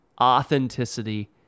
Authenticity